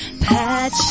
patch